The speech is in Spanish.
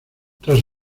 tras